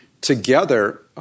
together